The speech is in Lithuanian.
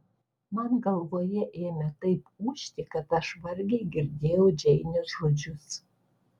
man galvoje ėmė taip ūžti kad aš vargiai girdėjau džeinės žodžius